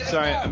Sorry